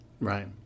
right